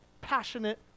passionate